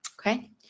okay